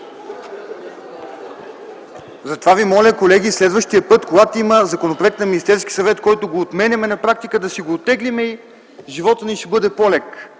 Колеги, моля ви следващия път, когато има законопроект на Министерския съвет, който отменяме, на практика да си го оттеглим и животът ни ще бъде по лек.